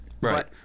right